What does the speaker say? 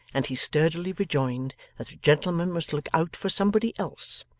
and he sturdily rejoined that the gentleman must look out for somebody else,